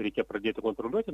reikia pradėti kontroliuoti